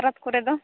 ᱥᱟᱠᱨᱟᱛ ᱠᱚᱨᱮ ᱫᱚ